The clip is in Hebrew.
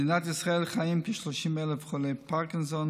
במדינת ישראל חיים כ-30,000 חולי פרקינסון,